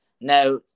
Now